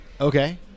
Okay